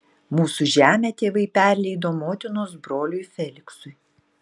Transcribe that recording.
mūsų žemę tėvai perleido motinos broliui feliksui